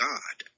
God